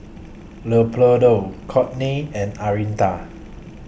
Leopoldo Kortney and Anitra